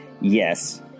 Yes